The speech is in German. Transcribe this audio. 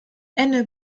ende